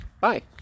Bye